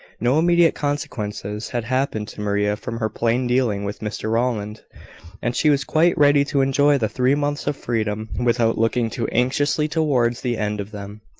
no immediate consequences had happened to maria from her plain-dealing with mr rowland and she was quite ready to enjoy the three months of freedom, without looking too anxiously towards the end of them.